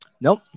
Nope